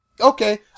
Okay